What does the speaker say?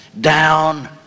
down